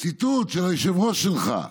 ציטוט של היושב-ראש שלך: